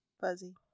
Fuzzy